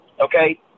okay